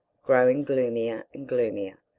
growing gloomier and gloomier,